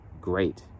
great